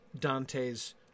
Dante's